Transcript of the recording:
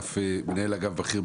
מנהל אגף בכיר,